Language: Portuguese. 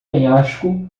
penhasco